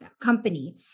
company